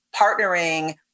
partnering